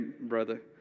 brother